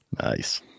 nice